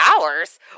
hours